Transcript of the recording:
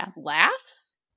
laughs